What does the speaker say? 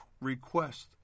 request